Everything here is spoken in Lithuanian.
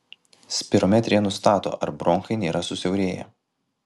spirometrija nustato ar bronchai nėra susiaurėję